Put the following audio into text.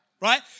right